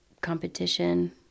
competition